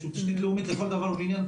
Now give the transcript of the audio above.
שהוא תשתית לאומית לכל דבר ועניין,